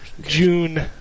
June